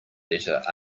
letter